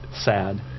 sad